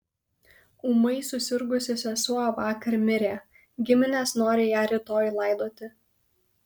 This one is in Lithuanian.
ūmai susirgusi sesuo vakar mirė giminės nori ją rytoj laidoti